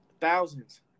Thousands